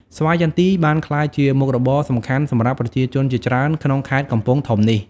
ស្វាយចន្ទីបានក្លាយជាមុខរបរសំខាន់សម្រាប់ប្រជាជនជាច្រើនក្នុងខេត្តកំពង់ធំនេះ។